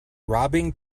robbing